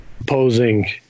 opposing